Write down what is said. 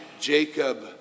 Jacob